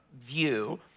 view